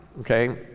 okay